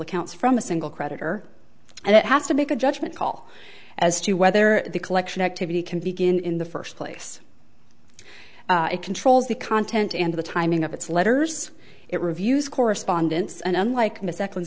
accounts from a single creditor and it has to make a judgment call as to whether the collection activity can begin in the first place it controls the content and the timing of its letters it reviews correspondence and unlike most second